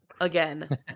Again